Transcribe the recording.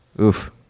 Oof